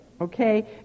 okay